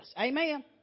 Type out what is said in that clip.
Amen